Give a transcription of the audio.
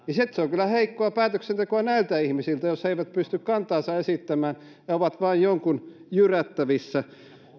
niin se on kyllä heikkoa päätöksentekoa näiltä ihmisiltä jos he eivät pysty kantaansa esittämään ja ovat vain jonkun jyrättävissä